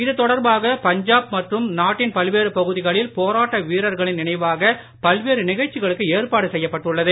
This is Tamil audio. இதுதொடர்பாகபஞ்சாப்மற்றும்நாட்டின்பல்வேறுப குதிகளில்போராட்டவீரர்களின்நினைவாகபல்வேறுநிகழ்ச்சிகளுக்குஏற்பா டுசெய்யப்பட்டுள்ளது